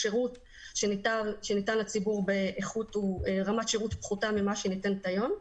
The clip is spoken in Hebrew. שירות שניתן לציבור ברמת שירות פחותה ממה שניתנת היום,